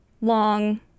long